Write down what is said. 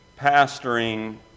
pastoring